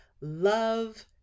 love